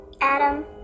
Adam